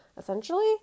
essentially